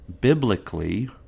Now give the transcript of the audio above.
biblically